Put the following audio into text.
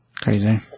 Crazy